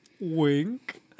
Wink